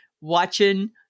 watching